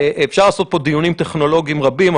אפשר לעשות פה דיונים טכנולוגיים רבים,